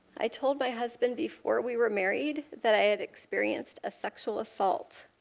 i told my husband before we were married that i had experienced a sexual assault.